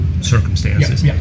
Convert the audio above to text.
circumstances